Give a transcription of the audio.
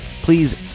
please